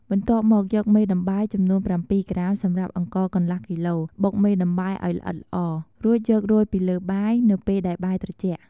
បន្ទាប់មកយកមេដំបែ ចំនួន៧ក្រាមសម្រាប់អង្ករកន្លះគីឡូ បុកមេដំបែឱ្យល្អិតល្អ រួចយករោយពីលើបាយ នៅពេលដែលបាយត្រជាក់។